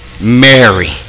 Mary